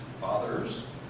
fathers